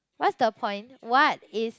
what's the point what is